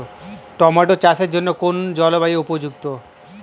Tomato চাষের জন্য কোন জলবায়ু উপযুক্ত?